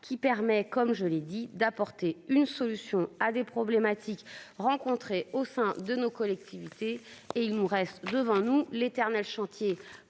qui permet comme je l'ai dit d'apporter une solution à des problématiques rencontrées au sein de nos collectivités et il nous reste devant nous l'éternel chantier